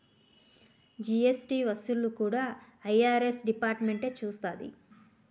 GST వసూళ్లు కూడా IRS డిపార్ట్మెంటే చూస్తాది